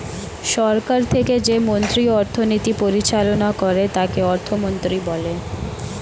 সরকার থেকে যে মন্ত্রী অর্থনীতি পরিচালনা করে তাকে অর্থমন্ত্রী বলে